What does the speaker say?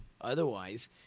Otherwise